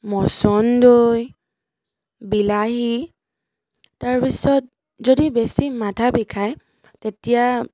মচন্দৈ বিলাহী তাৰপিছত যদি বেছি মাথা বিষাই তেতিয়া